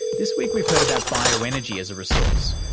this week we've heard about bioenergy as a resource,